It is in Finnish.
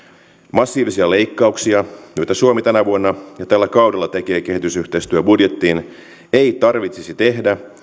massiivisia leikkauksia joita suomi tänä vuonna ja tällä kaudella tekee kehitysyhteistyöbudjettiin ei tarvitsisi tehdä